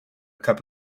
cup